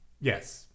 Yes